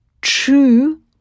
true